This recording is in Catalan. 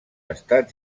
estat